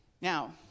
Now